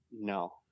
No